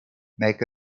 make